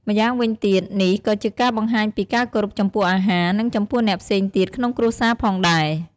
ម្យ៉ាងវិញទៀត នេះក៏ជាការបង្ហាញពីការគោរពចំពោះអាហារ និងចំពោះអ្នកផ្សេងទៀតក្នុងគ្រួសារផងដែរ។